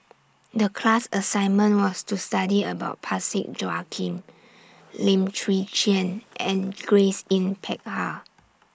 The class assignment was to study about Parsick Joaquim Lim Chwee Chian and Grace Yin Peck Ha